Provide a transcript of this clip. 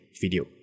video